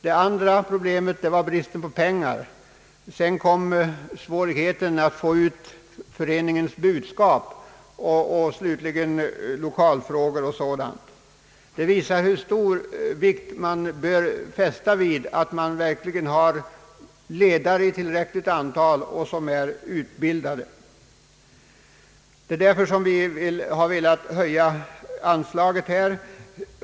Det andra problemet var bristen på pengar, sedan kom svårigheten att få ut föreningens budskap, och slutligen var det lokalfrågor och sådant. Det visar hur viktigt det är att man verkligen har utbildade ledare i tillräckligt antal. Det är därför som vi har velat höja anslaget här.